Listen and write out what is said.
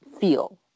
feel